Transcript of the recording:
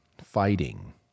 fighting